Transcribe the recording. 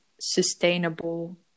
sustainable